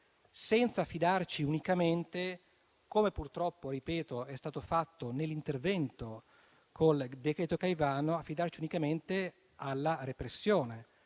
senza affidarci unicamente, come purtroppo - ripeto - è stato fatto nell'intervento con il decreto Caivano, alla repressione,